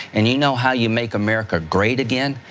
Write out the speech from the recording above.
and you know how you make america great again?